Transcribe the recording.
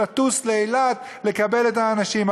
לטוס לאילת לקבל את האנשים.